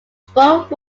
sport